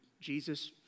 Jesus